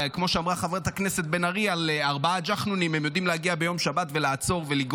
וכמו שאמרה חברת הכנסת בן ארי: על ארבעה